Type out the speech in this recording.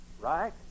right